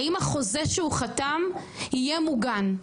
האם החוזה שהוא חתם יהיה מוגן,